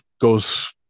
goes